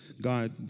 God